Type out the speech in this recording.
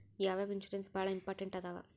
ಯಾವ್ಯಾವ ಇನ್ಶೂರೆನ್ಸ್ ಬಾಳ ಇಂಪಾರ್ಟೆಂಟ್ ಅದಾವ?